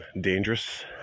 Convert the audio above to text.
dangerous